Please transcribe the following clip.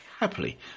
Happily